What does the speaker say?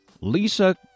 Lisa